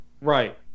Right